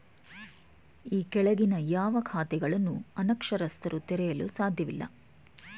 ಈ ಕೆಳಗಿನ ಯಾವ ಖಾತೆಗಳನ್ನು ಅನಕ್ಷರಸ್ಥರು ತೆರೆಯಲು ಸಾಧ್ಯವಿಲ್ಲ?